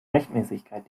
rechtmäßigkeit